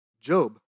Job